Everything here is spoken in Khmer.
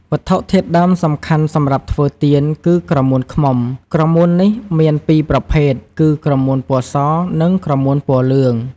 វត្ថុធាតុដើមសំខាន់សម្រាប់ធ្វើទៀន គឺក្រមួនឃ្មុំ ក្រមួននេះមានពីរប្រភេទ គឺក្រមួនពណ៌ស និងក្រមួនពណ៌លឿង។